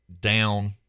down